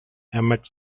emmett